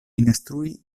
instrui